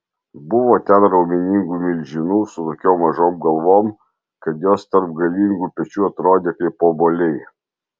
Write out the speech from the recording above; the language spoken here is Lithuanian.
buvo ten raumeningų milžinų su tokiom mažom galvom kad jos tarp galingų pečių atrodė kaip obuoliai